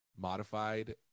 modified